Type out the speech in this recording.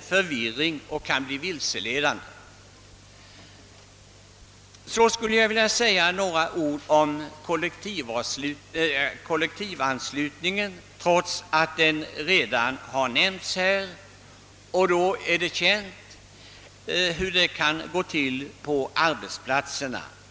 förvirring och kan bli vilseledande. Så skulle jag vilja säga några ord om kollektivanslutningen trots att den redan har debatterats i dag. Det är känt hur kollektivanslutningen kan tillgå på arbetsplatserna.